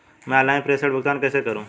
मैं ऑनलाइन प्रेषण भुगतान कैसे करूँ?